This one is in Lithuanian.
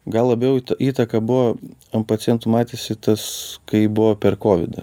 gal labiau įta įtaka buvo ant pacientų matėsi tas kai buvo perkovidą